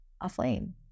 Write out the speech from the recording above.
aflame